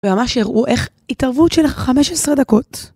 וממש יראו איך התערבות שלך חמש עשרה דקות.